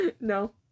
No